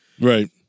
Right